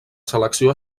selecció